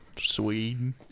Sweden